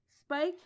Spike